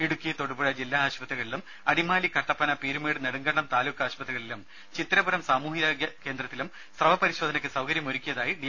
ഇടുക്കി തൊടുപുഴ ജില്ലാ ആശുപത്രികളും അടിമാലി കട്ടപ്പന പീരുമേട് നെടുങ്കണ്ടം താലൂക്ക് ആശുപത്രികളിലും ചിത്തിരപുരം സാമൂഹ്യാരോഗ്യ കേന്ദ്രത്തിലും സ്രവ പരിശോധനയ്ക്ക് സൌകര്യമൊരുക്കിയതായി ഡി